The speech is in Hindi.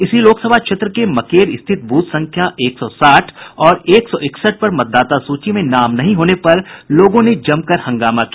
इसी लोकसभा क्षेत्र के मकेर स्थित बूथ संख्या एक सौ साठ और एक सौ इकसठ पर मतदाता सूची में नाम नहीं होने पर लोगों ने जमकर हंगामा किया